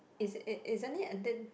is it isn't it then